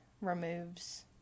removes